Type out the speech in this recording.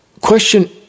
Question